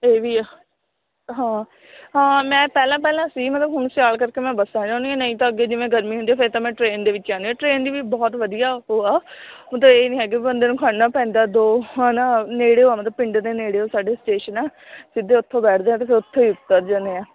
ਇਹ ਵੀ ਆ ਹਾਂ ਹਾਂ ਮੈਂ ਪਹਿਲਾਂ ਪਹਿਲਾਂ ਸੀ ਮਤਲਬ ਹੁਣ ਸਿਆਲ ਕਰਕੇ ਮੈਂ ਬੱਸ ਆ ਜਾਂਦੀ ਹਾਂ ਨਹੀਂ ਤਾਂ ਅੱਗੇ ਜਿਵੇਂ ਗਰਮੀ ਹੁੰਦੀ ਫਿਰ ਤਾਂ ਮੈਂ ਟਰੇਨ ਦੇ ਵਿੱਚ ਜਾਂਦੀ ਹਾਂ ਟ੍ਰੇਨ ਦੀ ਵੀ ਬਹੁਤ ਵਧੀਆ ਓ ਆ ਮਤਲਬ ਇਹ ਨਹੀਂ ਹੈਗੇ ਬੰਦੇ ਨੂੰ ਖੜ੍ਹਨਾ ਪੈਂਦਾ ਦੋ ਹੈ ਨਾ ਨੇੜਿਉਂ ਆ ਮਤਲਬ ਪਿੰਡ ਦੇ ਨੇੜਿਉਂ ਸਾਡੇ ਸਟੇਸ਼ਨ ਆ ਸਿੱਧੇ ਉੱਥੋਂ ਬੈਠਦੇ ਹਾਂ ਅਤੇ ਫਿਰ ਉੱਥੇ ਉੱਤਰ ਜਾਂਦੇ ਹਾਂ